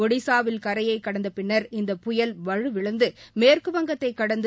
ஒடிஸாவில் கரையை கடந்த பின்னர் இந்த புயல் வலுவிழந்து மேற்குவங்கத்தைக் கடந்து